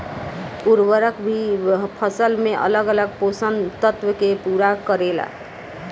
उर्वरक भी फसल में अलग अलग पोषण तत्व के पूरा करेला